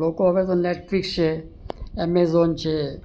લોકો હવે તો નેટફિલિક્સ છે એમેઝોન છે